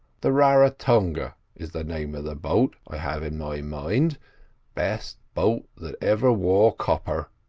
the raratonga is the name of the boat i have in my mind best boat that ever wore copper.